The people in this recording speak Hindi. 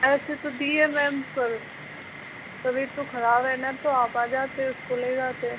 ऐसे तो दी है मैम पर तबियत तो खराब है ना तो आप आ जाते उसको ले जाते